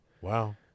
Wow